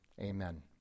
Amen